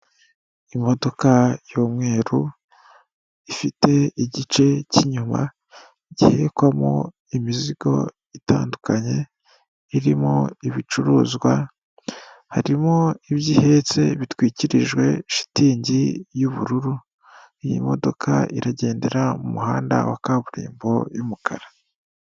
Imodoka y'umweru ifite igice cy'inyuma gihekwamo imizigo itandukanye irimo ibicuruzwa harimo ibyo ihetse bitwikirijwe shitingi y'ubururu iyi modoka iragendera mu muhanda wa kaburimbo y'umukara.